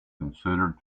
considered